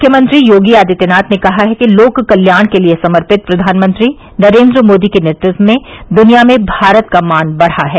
मुख्यमंत्री योगी आदित्यनाथ ने कहा है कि लोक कल्याण के लिये समर्पित प्रधानमंत्री नरेन्द्र मोदी के नेतृत्व में दुनिया में भारत का मान बढ़ा है